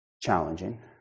challenging